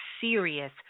serious